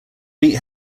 meet